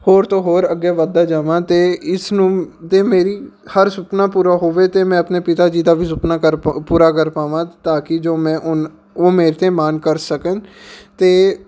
ਹੋਰ ਤੋਂ ਹੋਰ ਅੱਗੇ ਵਧਦਾ ਜਾਵਾਂ ਅਤੇ ਇਸ ਨੂੰ ਅਤੇ ਮੇਰੀ ਹਰ ਸੁਪਨਾ ਪੂਰਾ ਹੋਵੇ ਅਤੇ ਮੈਂ ਆਪਣੇ ਪਿਤਾ ਜੀ ਦਾ ਵੀ ਸੁਪਨਾ ਕਰ ਪਾ ਪੂਰਾ ਕਰ ਪਾਵਾਂ ਤਾਂ ਕਿ ਜੋ ਮੈਂ ਉਨ ਉਹ ਮੇਰੇ 'ਤੇ ਮਾਨ ਕਰ ਸਕਣ ਅਤੇ